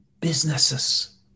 businesses